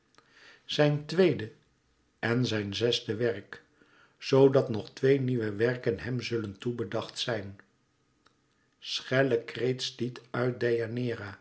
zijn tweede en zijn zesde werk zoo dat nog twee nieuwe werken hem zullen toe bedacht zijn schellen kreet stiet uit